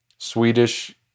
Swedish